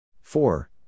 four